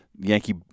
Yankee